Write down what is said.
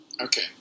okay